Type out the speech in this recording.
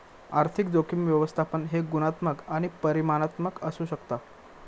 आर्थिक जोखीम व्यवस्थापन हे गुणात्मक आणि परिमाणात्मक असू शकता